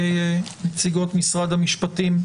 נציגות משרד המשפטים,